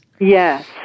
Yes